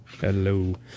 Hello